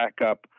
backup